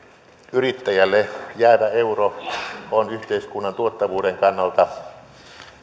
yrittäjälle jäävä euro on yhteiskunnan tuottavuuden kannalta